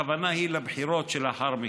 אם הכוונה היא לבחירות שלאחר מכן.